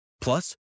Plus